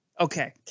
okay